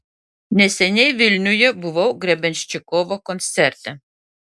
neseniai vilniuje buvau grebenščikovo koncerte